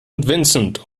vincent